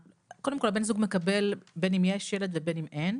קודם כל בן הזוג מקבל בין אם יש ילד ובין אם אין,